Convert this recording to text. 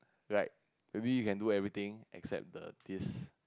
like maybe you can do everything except the this